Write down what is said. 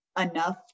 enough